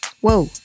Whoa